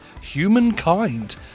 humankind